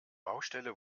baustelle